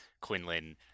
Quinlan